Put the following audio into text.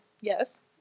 Yes